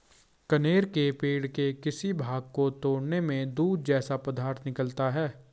कनेर के पेड़ के किसी भाग को तोड़ने में दूध जैसा पदार्थ निकलता है